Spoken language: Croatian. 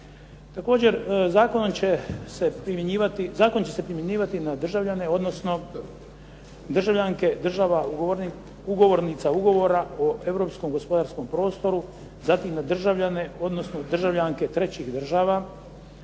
Također, zakon će se primjenjivati na državljane odnosno državljanke država ugovornica ugovora o europskom gospodarskom prostoru, zatim na državljane odnosno državljanke trećih država